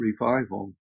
revival